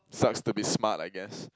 sucks to be smart I guess